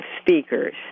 speakers